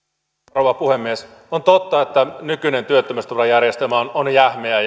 rouva puhemies on totta että nykyinen työttömyysturvajärjestelmä on on jähmeä